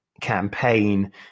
campaign